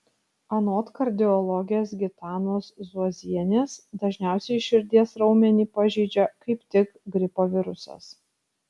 anot kardiologės gitanos zuozienės dažniausiai širdies raumenį pažeidžia kaip tik gripo virusas